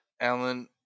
Alan